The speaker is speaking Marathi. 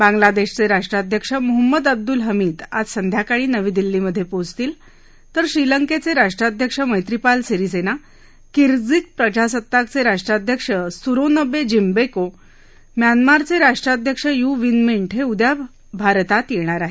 बांग्लादेशचे राष्ट्राध्यक्ष मोहम्मद अब्दुल हमीद आज संध्याकाळी नवी दिल्लीमधे पोहचतील तर श्रीलंकेचे राष्ट्राध्यक्ष मैत्रिपाल सिरिसेना किर्गीज प्रजासत्ताकचे राष्ट्राध्यक्ष सूरोनबे जीन्बेको म्यानमारचे राष्ट्राध्यक्ष यु वीन मिंट हे उद्या भारतता येणार आहेत